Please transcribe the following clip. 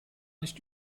nicht